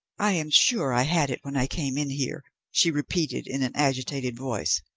i am sure i had it when i came in here, she repeated in an agitated voice.